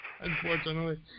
Unfortunately